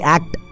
Act